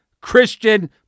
Christian